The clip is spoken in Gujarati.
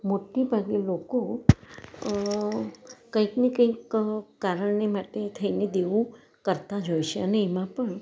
મોટે ભાગે લોકો કંઈક ને કંઈક કારણને માટે થઈને દેવું કરતાં જ હોય છે અને એમાં પણ